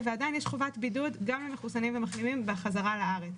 ועדיין יש חובת בידוד גם למחוסנים ומחלימים בחזרה לארץ,